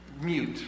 mute